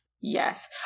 Yes